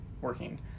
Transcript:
working